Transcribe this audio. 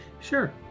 Sure